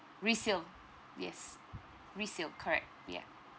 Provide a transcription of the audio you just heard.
resale yes resale correct yeah